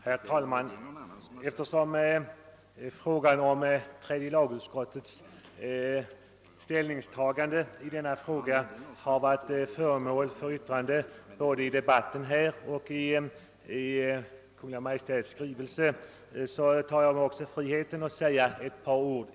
Herr talman! Eftersom frågan om tredje lagutskottets ställningstagande i detta ärende har behandlats såväl här i debatten som i Kungl. Maj:ts skrivelse tar jag mig friheten att här säga några ord.